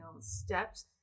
steps